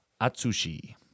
Atsushi